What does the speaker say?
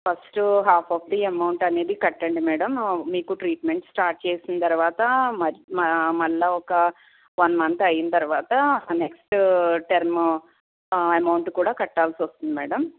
first half of the amount అనేది కట్టండి madam మీకు ట్రీట్మెంట్ స్టార్ట్ చేసిన తరువాత మ మళ్ళీ ఒక వన్ మంత్ అయిన తరువాత ఆ నెక్స్ట్ టర్ము అమౌంట్ కూడా కట్టాల్సొస్తుంది మేడం